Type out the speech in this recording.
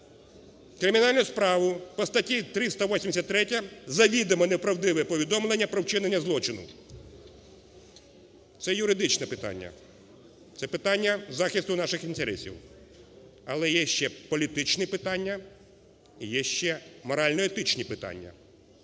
кримінальну справу по статті 383 "Завідомо неправдиве повідомлення про вчинення злочину". Це юридичне питання. Це питання захисту наших інтересів. Але є ще політичні питання, і є ще морально-етичні питання.